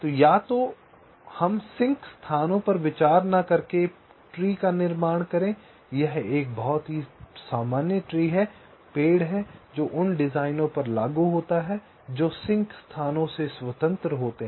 तो या तो हम सिंक स्थानों पर विचार न करके पेड़ का निर्माण करें यह एक बहुत ही सामान्य पेड़ है जो उन डिज़ाइनों पर लागू होता है जो सिंक स्थानों से स्वतंत्र होते हैं